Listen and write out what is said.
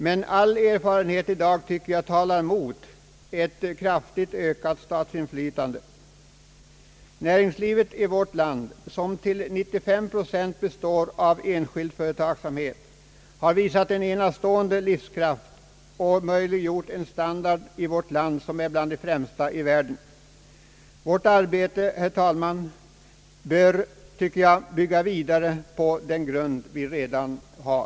Men all erfarenhet i dag tycker jag talar mot ett kraftigt ökat statsinflytande. Näringslivet i vårt land består till 95 procent av enskild företagsamhet. Det har visat en enastående livskraft och har möjliggjort en standard i vårt land, som är bland de främsta i världen. Vårt arbete, herr talman, bör, tycker jag, bygga vidare på den grund vi redan har.